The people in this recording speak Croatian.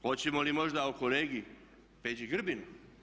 Hoćemo li možda o kolegi Peđi Grbinu?